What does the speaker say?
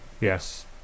Yes